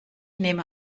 nehme